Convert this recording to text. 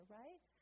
right